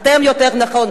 אתם יותר נכון,